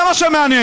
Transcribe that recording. זה מה שמעניין.